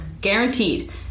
Guaranteed